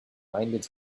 reminded